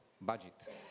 budget